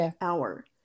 hour